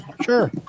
sure